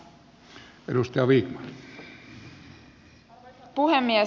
arvoisa puhemies